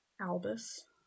Albus